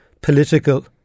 political